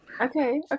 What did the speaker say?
Okay